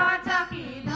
attack each